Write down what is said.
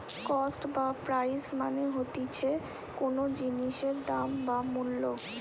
cost বা price মানে হতিছে কোনো জিনিসের দাম বা মূল্য